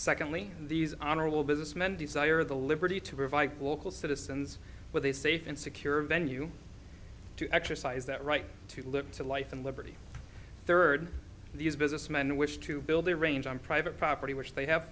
secondly these honorable business men desire the liberty to revive local citizens with a safe and secure venue to exercise that right to live to life and liberty third these businessmen wish to build a range on private property which they have